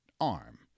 arm